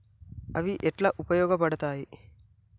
అవి ఎట్లా ఉపయోగ పడతాయి?